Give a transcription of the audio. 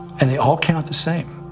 and they all count the same.